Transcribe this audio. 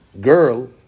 girl